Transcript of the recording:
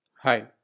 Hi